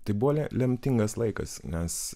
tai buvo le lemtingas laikas nes